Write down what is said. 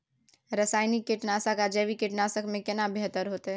रसायनिक कीटनासक आ जैविक कीटनासक में केना बेहतर होतै?